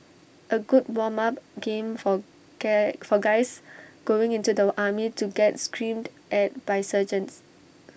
A good warm up game for get for guys going into the army to get screamed at by sergeants